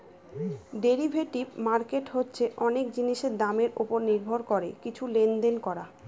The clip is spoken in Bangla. ডেরিভেটিভ মার্কেট হচ্ছে অনেক জিনিসের দামের ওপর নির্ভর করে কিছু লেনদেন করা